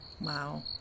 Wow